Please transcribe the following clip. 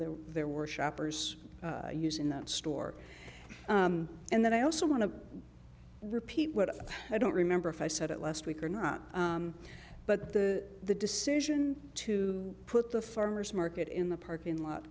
that there were shoppers use in the store and then i also want to repeat what i don't remember if i said it last week or not but the the decision to put the farmer's market in the parking lot